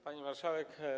Pani Marszałek!